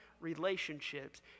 relationships